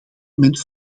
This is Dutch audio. moment